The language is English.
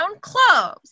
cloves